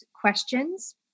questions